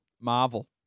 Marvel